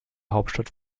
hauptstadt